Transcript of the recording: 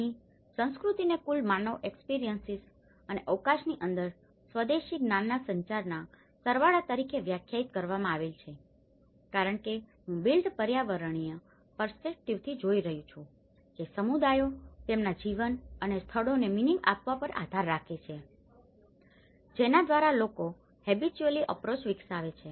અહીં સંસ્કૃતિને કુલ માનવ એક્સ્પીરીઅંસીઝ અને અવકાશની અંદર સ્વદેશી જ્ઞાનના સંચાર ના સરવાળા તરીકે વ્યાખ્યાયિત કરવામાં આવેલ છે કારણ કે હું બિલ્ટ પર્યાવરણીય પર્સ્પેક્ટીવ થી જોઈ રહ્યો છું કે સમુદાયો તેમના જીવન અને સ્થળોને મીનીંગ આપવા પર આધાર રાખે છે જેના દ્વારા લોકો હેબીચુઅલી અપ્રોચ વિકસાવે છે